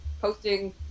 posting